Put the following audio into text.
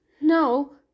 no